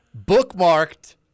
Bookmarked